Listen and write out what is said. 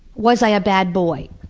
was i a bad boy?